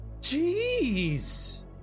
Jeez